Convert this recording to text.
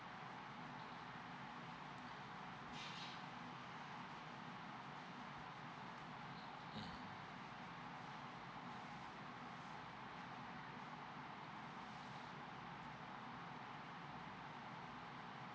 mmhmm